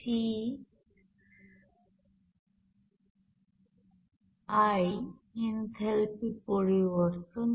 c i enthalpy পরিবর্তন